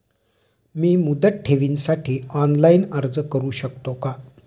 मी मुदत ठेवीसाठी ऑनलाइन अर्ज करू शकतो का?